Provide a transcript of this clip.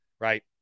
right